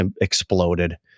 exploded